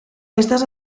estas